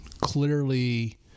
clearly